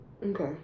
Okay